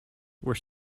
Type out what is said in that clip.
were